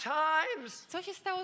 times